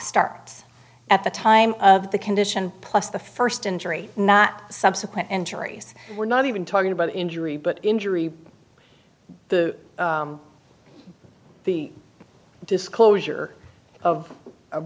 starts at the time of the condition plus the first injury not subsequent injuries were not even talking about injury but injury to the disclosure of